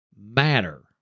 matter